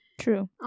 True